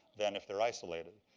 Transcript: than if they're isolated.